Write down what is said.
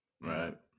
Right